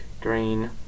green